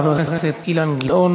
חבר הכנסת מאיר כהן,